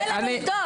אין לנו עובדות.